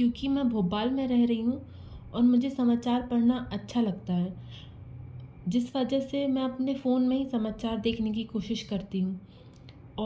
क्योंकि मैं भोपाल में रह रही हूँ और मुझे समाचार पढ़ना अच्छा लगता है जिस वजह से मैं अपने फोन में ही समाचार देखने की कोशिश करती हूँ